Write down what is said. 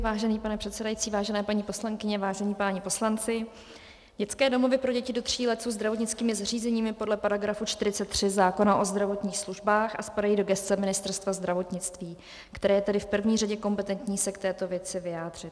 Vážený pane předsedající, vážené paní poslankyně, vážení páni poslanci, dětské domovy pro děti do tří let jsou zdravotnickými zařízeními podle § 43 zákona o zdravotních službách a spadají do gesce Ministerstva zdravotnictví, které je tedy v první řadě kompetentní se k této věci vyjádřit.